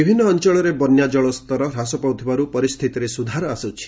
ବିଭିନ୍ନ ଅଞ୍ଚଳରେ ବନ୍ୟା ଜଳ ସ୍ତର ହ୍ରାସ ପାଉଥିବାରୁ ପରିସ୍ଥିତିରେ ସୁଧାର ଆସୁଛି